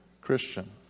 Christian